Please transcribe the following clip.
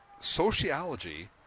sociology